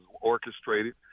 orchestrated